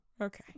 okay